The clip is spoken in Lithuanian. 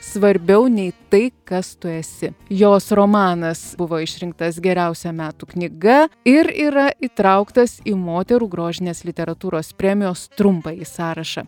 svarbiau nei tai kas tu esi jos romanas buvo išrinktas geriausia metų knyga ir yra įtrauktas į moterų grožinės literatūros premijos trumpąjį sąrašą